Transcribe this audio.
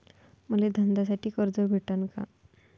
मले धंद्यासाठी कर्ज भेटन का?